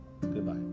Goodbye